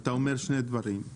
אתה אומר שני דברים.